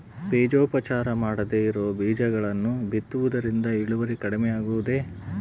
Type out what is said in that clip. ಬೇಜೋಪಚಾರ ಮಾಡದೇ ಇರೋ ಬೇಜಗಳನ್ನು ಬಿತ್ತುವುದರಿಂದ ಇಳುವರಿ ಕಡಿಮೆ ಆಗುವುದೇ?